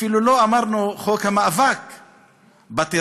אפילו לא אמרנו חוק המאבק בטרור,